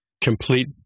Complete